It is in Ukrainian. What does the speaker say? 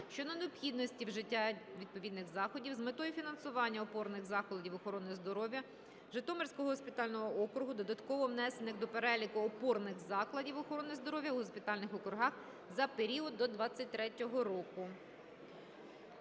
щодо необхідності вжиття відповідних заходів з метою фінансування опорних закладів охорони здоров'я Житомирського госпітального округу, додатково внесених до переліку опорних закладів охорони здоров'я у госпітальних округах за період до 2023 року.